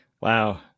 Wow